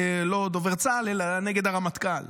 לא נגד דובר צה"ל אלא נגד הרמטכ"ל.